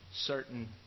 Certain